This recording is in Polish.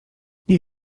nie